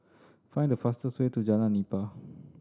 find the fastest way to Jalan Nipah